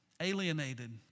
alienated